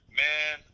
man